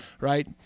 right